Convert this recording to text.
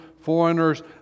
foreigners